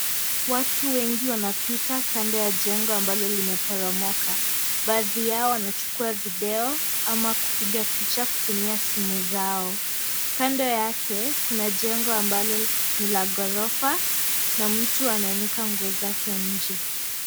Watu wengi wanapita kando ya jengo ambalo limeporomoka, baadhi yao wanachukuwa video ama kupiga picha kutumia simu zao. Kando yake kuna jengo ambalo ni la ghorofa na mtu ameanika nguo zake nje.